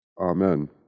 Amen